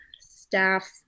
staff